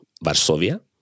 Varsovia